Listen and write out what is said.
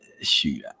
shoot